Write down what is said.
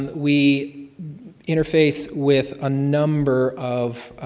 we interface with a number of